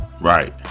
right